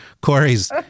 Corey's